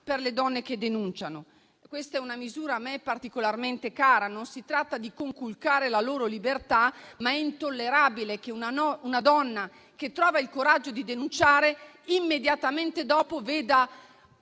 per le donne che denunciano. Questa è una misura a me particolarmente cara: non si tratta di conculcare la loro libertà, ma è intollerabile che una donna che trova il coraggio di denunciare, immediatamente dopo veda